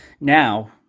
now